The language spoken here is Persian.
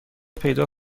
پیدا